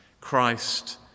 Christ